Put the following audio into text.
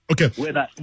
Okay